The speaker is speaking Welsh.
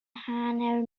hanner